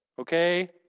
Okay